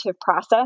process